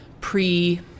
pre